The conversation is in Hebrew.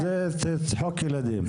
זה צחוק ילדים.